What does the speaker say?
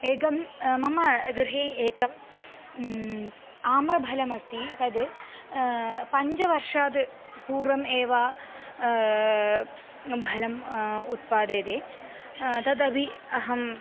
एकं मम गृहे एकं आम्रफलमस्ति तद् पञ्चवर्षाद् पूर्वम् एव फलम् उत्पादयते तदपि अहं